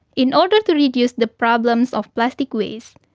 in order to reduce the problems of plastic waste,